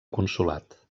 consolat